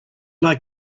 like